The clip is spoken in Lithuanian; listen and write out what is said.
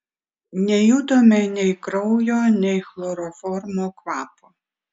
nejutome nei kraujo nei chloroformo kvapo